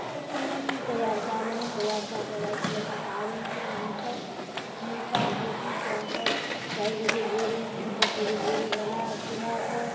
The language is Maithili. ई तीनू चीज तैआर कऽ लेलहुँ तैयार कऽ कऽ राखि लेलहुँ पाबनिदिना हमसभ नीपापोती कऽ कऽ चारि बजे भोरे पाँच बजे भोरे नहासोनाकऽ